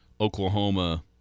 Oklahoma